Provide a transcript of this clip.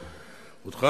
אותך,